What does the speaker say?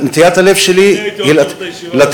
נטיית הלב שלי היא לתת,